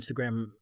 Instagram